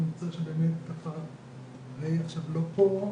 אני מצטער שריי לא פה,